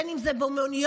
אם זה במוניות,